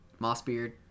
Mossbeard